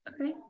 Okay